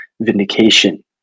vindication